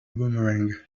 boomerang